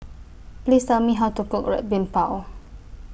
Please Tell Me How to Cook Red Bean Bao